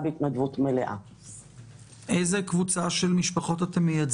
באיזה דרכים?